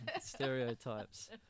Stereotypes